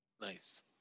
Nice